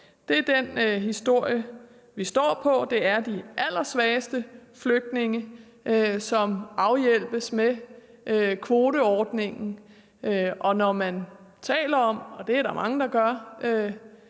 Det er den historie, vi står på. Det er de allersvageste flygtninge, som hjælpes med kvoteordningen, og når man her i dette Ting taler om – og det er der mange der gør